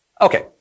Okay